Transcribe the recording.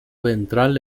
ventral